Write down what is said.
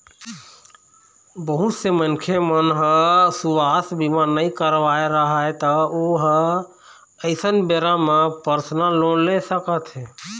बहुत से मनखे मन ह सुवास्थ बीमा नइ करवाए रहय त ओ ह अइसन बेरा म परसनल लोन ले सकत हे